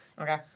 Okay